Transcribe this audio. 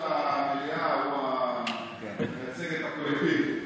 יושב-ראש המליאה הוא המייצג את הקולקטיב.